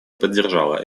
поддержала